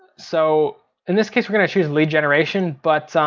so in this case we're gonna choose lead generation, but